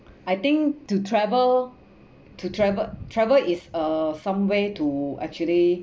I think to travel to travel travel is uh some way to actually